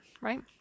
right